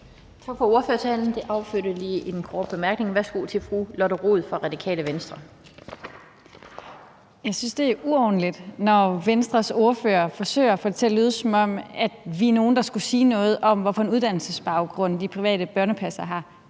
Tak for ordførertalen. Den affødte lige en kort bemærkning. Værsgo til fru Lotte Rod fra Radikale Venstre. Kl. 12:58 Lotte Rod (RV): Jeg synes, det er uordentligt, når Venstres ordfører forsøger at få det til at lyde, som om vi er nogle, der skulle sige noget om, hvad det er for en uddannelsesbaggrund, de private børnepassere har.